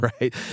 right